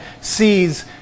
sees